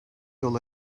yol